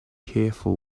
careful